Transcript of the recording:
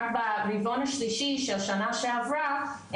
רק ברבעון השלישי של שנה שעברה,